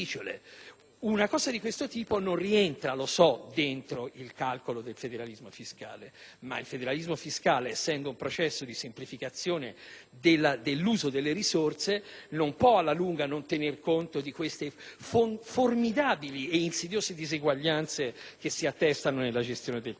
di questo tipo non rientra nel calcolo del federalismo fiscale, ma essendo quest'ultimo un processo di semplificazione dell'uso delle risorse, non può alla lunga non tener conto di queste formidabili e insidiose diseguaglianze che si attestano nella gestione del territorio.